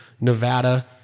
nevada